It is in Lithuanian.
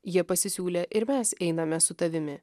jie pasisiūlė ir mes einame su tavimi